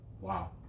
wow